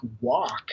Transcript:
walk